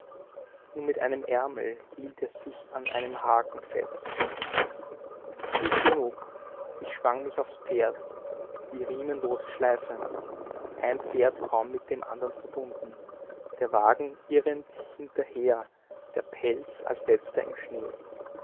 mit einem ärmel hielt er sich an einem haken fest gut genug ich schwang mich aufs pferd die riemen lose schleifend ein pferd kaum mit dem andern verbunden der wagen irrend hinterher der pelz als letzter im schnee